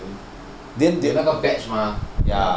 then 有那个 batch mah